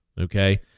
Okay